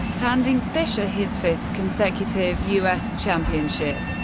handing fischer his fifth consecutive u s. championship.